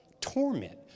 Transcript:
Torment